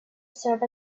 serve